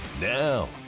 Now